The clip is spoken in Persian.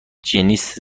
جنیس